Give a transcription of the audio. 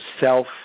self